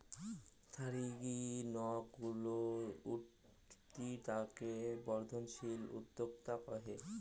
থারিগী নক গুলো উঠতি তাকে বর্ধনশীল উদ্যোক্তা কহে